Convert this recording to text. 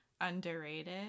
underrated